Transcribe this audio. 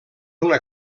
una